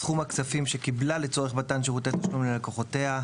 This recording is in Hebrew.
סכום הכספים שקיבלה לצורך מתן שירותי תשלום ללקוחותיה,